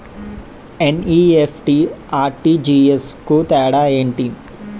NEFT, RTGS కు తేడా ఏంటి?